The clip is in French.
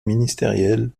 ministériels